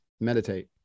meditate